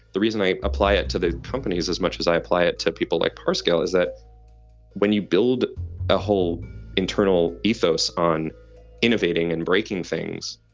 the reason i apply it to the companies as much as i apply it to people like payscale is that when you build a whole internal ethos on innovating and breaking things,